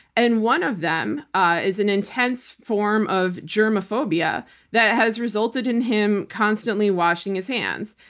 and one of them ah is an intense form of germophobia that has resulted in him constantly washing his hands.